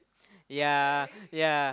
yeah yeah